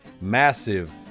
massive